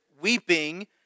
weeping